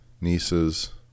nieces